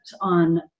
on